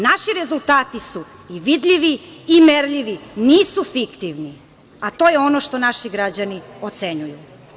Naši rezultati su vidljivi i merljivi, nisu fiktivni, i to je ono što naši građani ocenjuju.